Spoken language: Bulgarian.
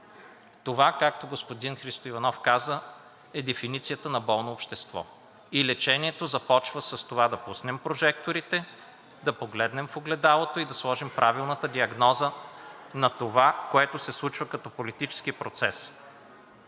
Това, както господин Христо Иванов каза, е дефиницията на болно общество и лечението започва с това – да пуснем прожекторите, да погледнем в огледалото и да сложим правилната диагноза на това, което се случва като политически процес.